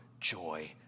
joy